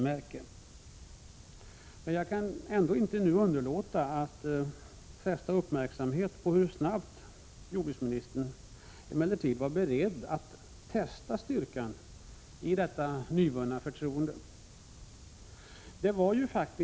Men jag kan inte nu underlåta att fästa uppmärksamhet på hur snabbt jordbruksministern var beredd att testa styrkan i detta nyvunna förtroende.